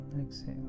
exhale